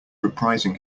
reprising